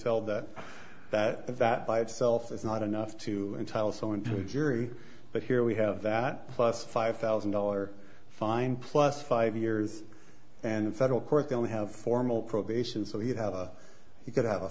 held that that that by itself is not enough to entitle so into a jury but here we have that plus five thousand dollar fine plus five years and in federal court they only have formal probation so you have a you could have a